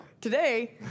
Today